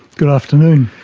good afternoon.